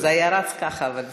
זה היה רץ ככה, אבל בסדר.